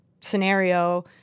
scenario